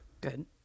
Good